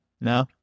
No